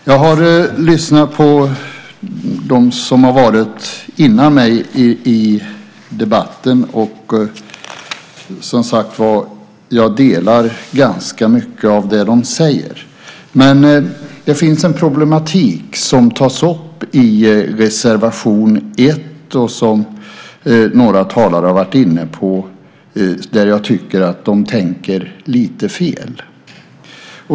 Jag har lyssnat på dem som har talat före mig i debatten och jag instämmer som sagt var i ganska mycket av det de säger. Men det finns en problematik som tas upp i reservation 1, som några talare har varit inne på, där jag tycker att de tänker lite fel.